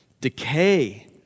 decay